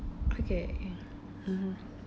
okay (uh huh)